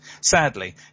Sadly